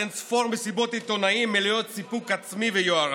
אין-ספור מסיבות עיתונאים מלאות סיפוק עצמי ויוהרה.